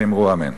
ואמרו אמן.